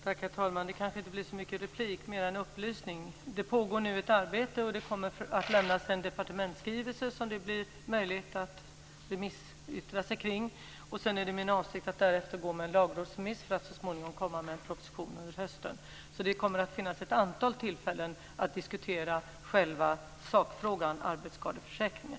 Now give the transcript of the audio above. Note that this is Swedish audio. Herr talman! Det kanske inte blir så mycket replik, utan mer en upplysning. Det pågår nu ett arbete och det kommer att lämnas en departementsskrivelse som det blir möjligt att avge ett remissyttrande över. Därefter är det min avsikt att begära en lagrådsremiss, för att så småningom komma med en proposition under hösten. Det kommer att finnas ett antal tillfällen att diskutera själva sakfrågan, arbetsskadeförsäkringen.